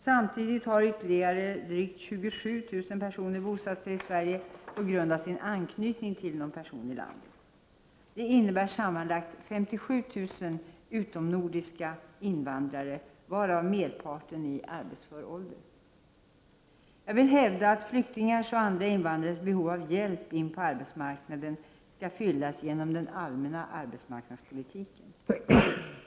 Samtidigt har ytterligare drygt 27 000 personer bosatt sig i Sverige på grund av sin anknytning till någon person i landet. Detta innebär sammanlagt 57 000 utomnordiska invandrare, varav merparten i arbetsför ålder. Jag vill hävda att flyktingars och andra invandrares behov av hjälp in på arbetsmarknaden skall fyllas genom den allmänna arbetsmarknadspolitiken.